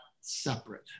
separate